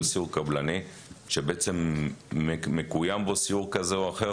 סיור קבלני שמקוים בו סיור כזה או אחר.